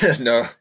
no